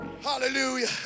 hallelujah